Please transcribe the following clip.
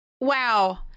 wow